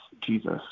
Jesus